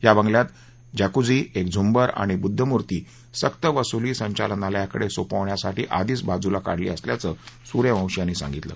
या बंगल्यातलं जकुझी एक झुंबर आणि बुद्धमूर्ती सक्तवसुली संचालनालयाकडे सोपवण्यासाठी आधीच बाजूला काढली असल्याचं सूर्यवंशी यांनी सांगितलं